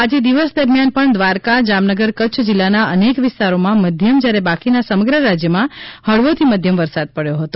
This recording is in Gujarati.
આજે દિવસ દરમિયાન પણ દ્વારાકા જામનગર કચ્છ જિલ્લાના અનેક વિસ્તારોમાં મધ્યમ જ્યારે બાકીના સમગ્ર રાજ્યમાં હળવાથી મધ્યમ વરસાદ પડી રહ્યો છે